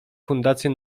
fundację